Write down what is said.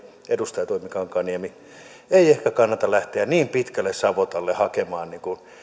edustaja toimi kankaanniemi ei ehkä kannata lähteä niin pitkälle savotalle hakemaan